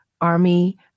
Army